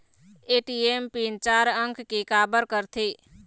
ATM PIN चार अंक के का बर करथे?